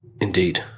Indeed